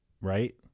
right